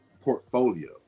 portfolio